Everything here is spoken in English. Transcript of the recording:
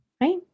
right